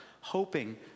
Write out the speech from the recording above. hoping